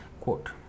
quote